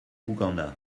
uganda